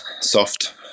soft